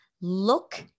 look